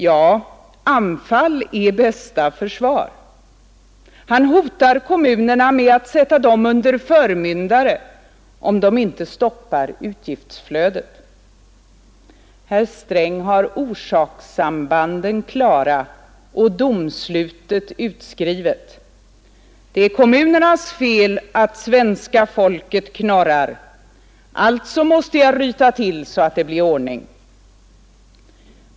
Ja, anfall är bästa försvar. Han hotar kommunerna med att sätta dem under förmyndare, om de inte begränsar utgiftsflödet. Herr Sträng har orsakssambanden klara och domslutet utskrivet: Det är kommunernas fel att svenska folket knorrar, alltså måste jag ryta till så att det blir ordning.